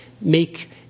make